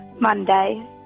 Monday